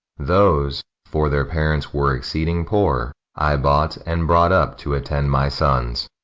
those, for their parents were exceeding poor, i bought, and brought up to attend my sons.